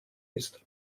ist